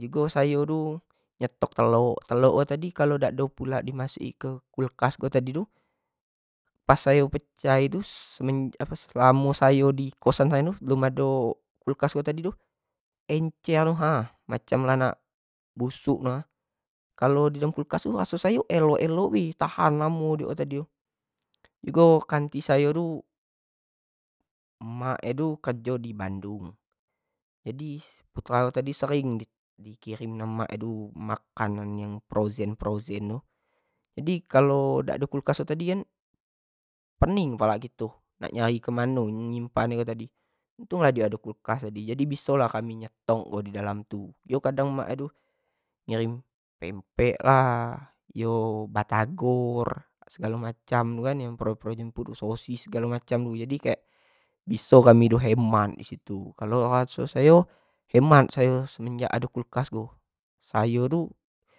jugo sayo tu nyetok telok, telok tadi tu kalo dak ado pula di masuk i ke kulkas go tadi tu pas sayo pecahi tu selamo sayo di kost an sayo ko belum ado kulkas tadi tu encer tu ha, macam lah nak busuk tu ha, kalo di kulkas raso sayo elok-elok be tahan lamo raso-raso sayo, jugo kanti sayo tu, emak nyo tu kerjo di bandung, jadi dio tu sering dikirim samo mak nyo tu makanan yang frozen tu jadi kalo dak kulkas nyo tadi kan pening palak kito nak cari kemano nak nyimpan ko, untuk diok ado kulkas tadi, jadi biso lah kito nyimpan, nyetok yang di dalam tu, dio kadang mak nyo tu sering pempek lah, yo batagor segalo macam yang frozen-frozen food tu kan sosis segalo macam, jadi kek biso hidup kami ko hemat disitu kalo raso sayo hemat sayo semenjak ado kulkas ko, sayo tu.